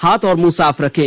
हाथ और मुंह साफ रखें